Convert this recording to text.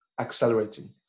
accelerating